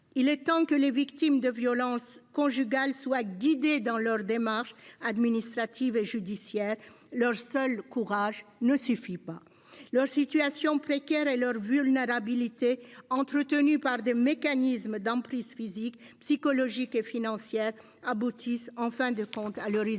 Il est temps que les victimes de violences conjugales soient guidées dans leurs démarches administratives et judiciaires, leur seul courage ne suffisant pas. Leur situation précaire et leur vulnérabilité, entretenues par des mécanismes d'emprise physique, psychologique et financière, aboutissent en fin de compte à leur isolement.